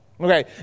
Okay